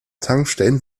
tankstellen